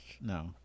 No